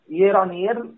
Year-on-year